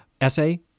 essay